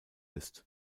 ist